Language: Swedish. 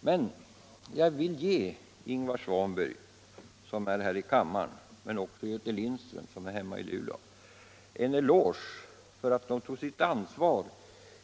Men jag vill ge Ingvar Svanberg, som är här i kammaren, och även Göte Lindström, som är hemma i Luleå, en eloge för att de tog sitt ansvar